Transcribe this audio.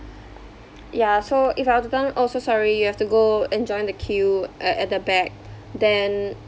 ya so if I were to tell them oh so sorry you have to go and join the queue uh at the back then